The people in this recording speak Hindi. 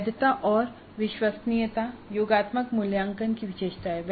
वैधता और विश्वसनीयता योगात्मक मूल्यांकन की विशेषता है